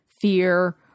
fear